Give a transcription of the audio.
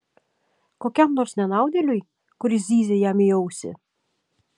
kokiam nors nenaudėliui kuris zyzia jam į ausį